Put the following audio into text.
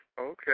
Okay